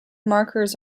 markers